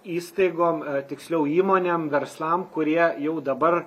įstaigom tiksliau įmonėm verslam kurie jau dabar